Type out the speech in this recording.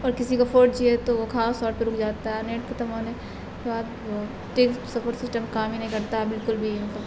اور کسی کو فور جی ہے تو وہ پہ رک جاتا ہے نیٹ ٹیک سپورٹ سسٹم کام ہی نہیں کرتا بالکل بھی مطلب